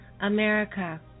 America